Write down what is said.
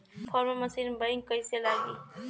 Form machine बैक कईसे लागी?